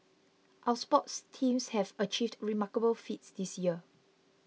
our sports teams have achieved remarkable feats this year